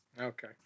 Okay